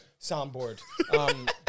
soundboard